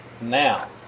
now